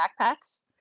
backpacks